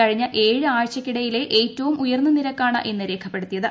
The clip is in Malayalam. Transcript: കഴിഞ്ഞ ഏഴ് ആഴ്ചകൾക്കിടയിലെ ഏറ്റവും ഉയർന്ന നിരക്കാണ് ഇന്ന് രേഖപ്പെടുത്തിയത്